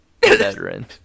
veteran